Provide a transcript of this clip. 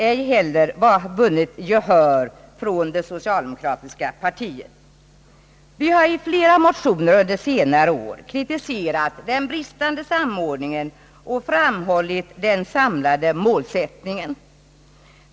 Folkpartiet har under senare år i flera motioner kritiserat den bristande samordningen och framhållit den samlade målsättningen.